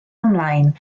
ymlaen